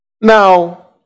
Now